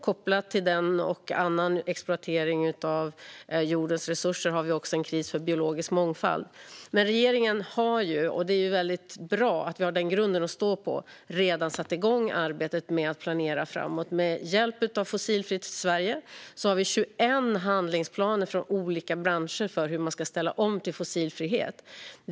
Kopplat till den och annan exploatering av jordens resurser har vi också en kris för biologisk mångfald. Regeringen har redan satt igång arbetet med att planera framåt, och det är väldigt bra att vi har den grunden att stå på. Med hjälp av Fossilfritt Sverige har vi 21 handlingsplaner från olika branscher för hur man ska ställa om till fossilfrihet.